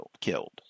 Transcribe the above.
killed